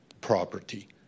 property